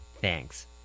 thanks